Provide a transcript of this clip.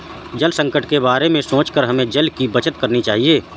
जल संकट के बारे में सोचकर हमें जल की बचत करनी चाहिए